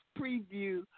preview